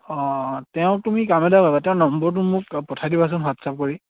অঁ তেওঁ তুমি কাম এটা কৰিবা তেওঁ নম্বৰটো মোক পঠাই দিবাচোন হোৱাটছআপ কৰি